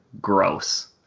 gross